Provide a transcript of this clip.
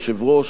יושב-ראש,